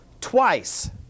twice